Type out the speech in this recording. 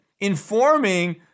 informing